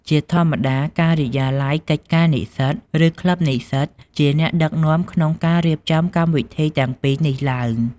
ជាធម្មតា ការិយាល័យកិច្ចការនិស្សិត ឬក្លឹបនិស្សិតជាអ្នកដឹកនាំក្នុងការរៀបចំកម្មវិធីទាំងពីរនេះឡើង។